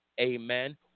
Amen